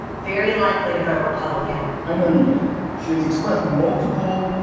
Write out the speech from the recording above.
very likely to vote republican i know you get it. she has expressed multiple,